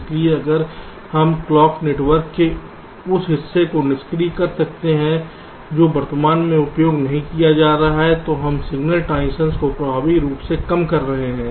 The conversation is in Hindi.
इसलिए अगर हम क्लॉक नेटवर्क के उस हिस्से को निष्क्रिय कर सकते हैं जो वर्तमान में उपयोग नहीं किया जा रहा है तो हम सिग्नल ट्रांजीशन को प्रभावी रूप से काफी कम कर रहे हैं